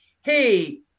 hey